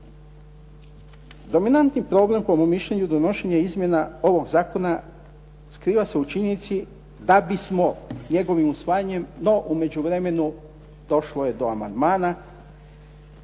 Dominantni problem po mom mišljenju donošenja izmjena ovog zakona, skriva se u činjenici da bismo njegovim usvajanjem no u međuvremenu došlo je do amandmana,